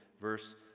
verse